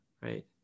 Right